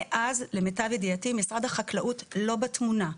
מאז, למיטב ידיעתי, משרד החקלאות לא בתמונה.